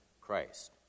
Christ